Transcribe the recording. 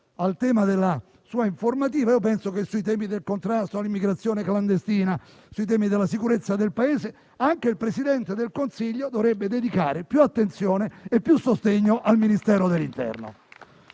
sul tema della sua informativa, penso che sulle questioni del contrasto all'immigrazione clandestina e della sicurezza del Paese anche il Presidente del Consiglio dovrebbe dedicare più attenzione e più sostegno al Ministero dell'interno